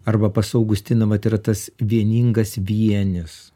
arba pas augustiną vat yra tas vieningas vienis